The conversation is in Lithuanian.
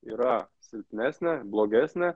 yra silpnesnė blogesnė